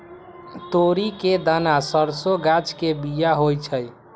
तोरी के दना सरसों गाछ के बिया होइ छइ